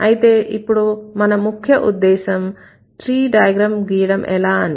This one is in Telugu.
అయితే ఇప్పుడు మన ముఖ్యఉద్దేశం ట్రీ డయాగ్రమ్ గీయడం ఎలా అని